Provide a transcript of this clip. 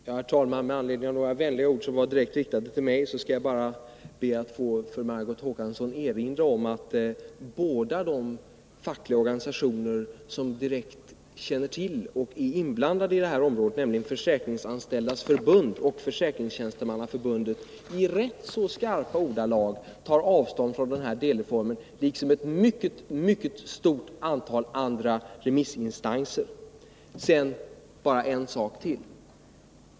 Herr talman! Med anledning av några vänliga ord som var direkt riktade till mig skall jag bara be att få erinra Margot Håkansson om att båda de fackliga organisationer som är berörda på detta område, nämligen Försäkringsanställdas förbund och Försäkringstjänstemannaförbundet, liksom ett mycket stort antal andra remissinstanser i rätt skarpa ordalag tar avstånd från denna delreform. Jag vill också ta upp ytterligare en sak.